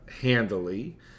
handily